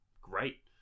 great